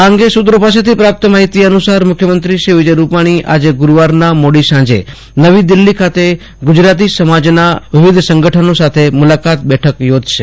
આ અંગે સુત્રો પાસેથી પ્રાપ્ત માહિતી અનુસાર મુખ્યમંત્રી શ્રી વિજય રૂપાણી આજે ગુરૂવારના મોડી સાંજે નવી દિલ્ફી ખાતે ગુજરાતી સમાજના વિવિધ સંગઠનો સાથે મુલાકાત બેઠક યોજશે